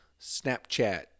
Snapchat